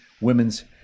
women's